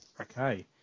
Okay